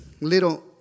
little